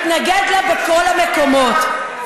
מתנגד לה בכל המקומות.